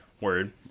Word